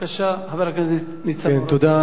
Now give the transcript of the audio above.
חבר הכנסת ניצן הורוביץ, בבקשה.